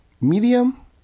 Medium